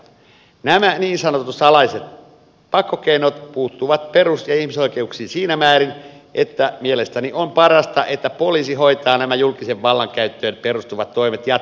nämä niin sanotut salaiset pakkokeinot puuttuvat perus ja ihmisoikeuksiin siinä määrin että mielestäni on parasta että poliisi hoitaa nämä julkiseen vallankäyttöön perustuvat toimet jatkossakin